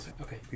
Okay